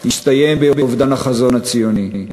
יסתיים באובדן החזון הציוני.